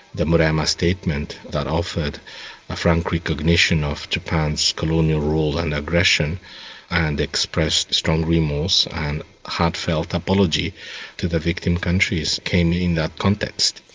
the murayama statement that offered a frank recognition of japan's colonial rule and aggression and expressed strong remorse heartfelt apology to the victim countries came in that context.